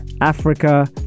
Africa